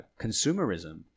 consumerism